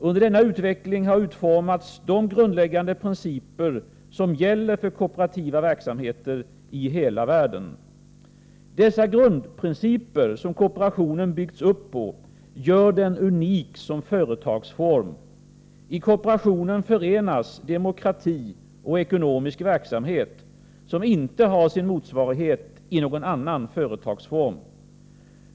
Under denna utveckling har utformats de grundläggande principer som gäller för kooperativa verksamheter i hela världen. Dessa grundläggande principer, som kooperationen byggts upp på, gör den unik som företagsform. I kooperationen förenas demokrati och ekonomisk verksamhet på ett sätt som inte har sin motsvarighet i någon annan företagsform.